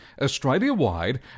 Australia-wide